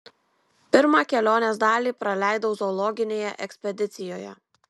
pirmą kelionės dalį praleidau zoologinėje ekspedicijoje